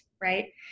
right